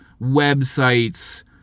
websites